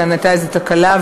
כאן הייתה איזה תקלה,